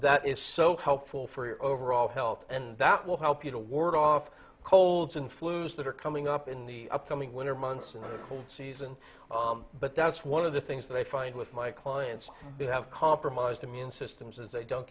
that is so helpful for your overall health and that will help you to ward off colds and flus that are coming up in the upcoming winter months in the cold season but that's one of the things that i find with my clients who have compromised immune systems is they don't